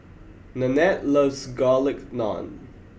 Nanette loves Garlic Naan